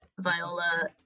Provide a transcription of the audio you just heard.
Viola